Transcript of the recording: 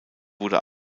wurde